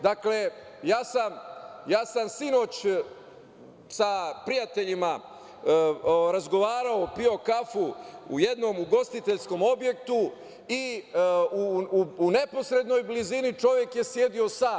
Dakle, ja sam sinoć sa prijateljima razgovarao, pio kafu u jednom ugostiteljskom objektu i u neposrednoj blizini čovek je sedeo sam.